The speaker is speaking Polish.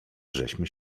żeśmy